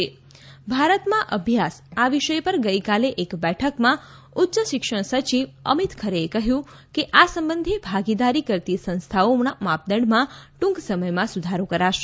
ભારતમાં અભ્યાસ વિષય પર ગઇકાલે એક બેઠકમાં ઉચ્ય શિક્ષણ સચિવ અમિત ખરેએ કહ્યું કે આ સંબંઘે ભાગીદારી કરતી સંસ્થાઓમાં માપદંડમાં ટૂંક સમયમાં સુધારો કરશે